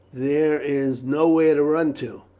there is nowhere to run to,